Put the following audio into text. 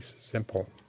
simple